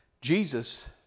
Jesus